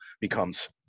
becomes